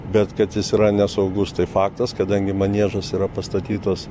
bet kad jis yra nesaugus tai faktas kadangi maniežas yra pastatytas